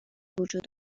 بوجود